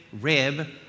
rib